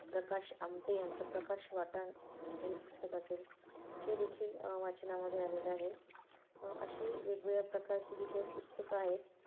प्रकाश आमटे यांचं प्रकाश वाटा हे पुस्तक असेल हे देखील वाचनामध्ये आलेलं आहे अशी वेगवेगळ्या प्रकारची जी काही पुस्तकं आहेत